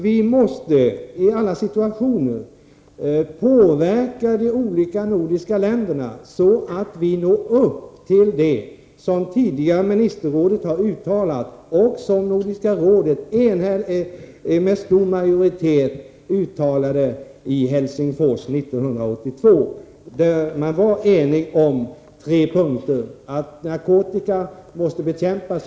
Vi måste i alla situationer påverka de olika nordiska länderna, så att vi når upp till det som ministerrådet tidigare har uttalat och som Nordiska rådet med stor majoritet uttalade i Helsingfors 1982. Man var då enig om tre punkter: Narkotikan måste bekämpas.